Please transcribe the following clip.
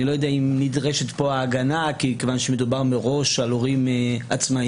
אני לא יודע אם נדרשת פה ההגנה כיוון שמדובר מראש על הורים עצמאיים